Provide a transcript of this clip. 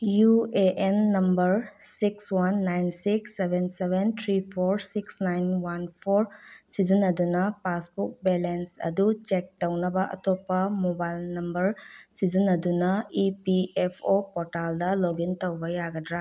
U A N number six one nine six seven seven three four six nine one four ꯁꯤꯖꯤꯟꯅꯗꯨꯅ passbook balance ꯑꯗꯨ check ꯇꯧꯅꯕ ꯑꯇꯣꯞꯄ mobile number ꯁꯤꯖꯤꯟꯅꯗꯨꯅ E P F O ꯄꯣꯔꯇꯥꯜꯗ login ꯇꯧꯕ ꯌꯥꯒꯗ꯭ꯔ